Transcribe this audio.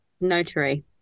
notary